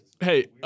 Hey